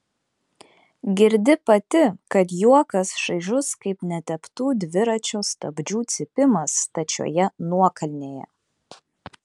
girdi pati kad juokas šaižus kaip neteptų dviračio stabdžių cypimas stačioje nuokalnėje